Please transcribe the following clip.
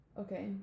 Okay